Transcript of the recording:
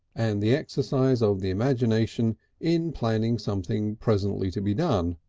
and the exercise of the imagination in planning something presently to be done,